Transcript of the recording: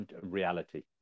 reality